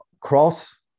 cross